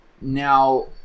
Now